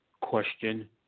question